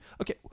Okay